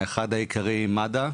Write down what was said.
מיזם אחד עיקרי עם מד"א,